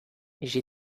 j’ai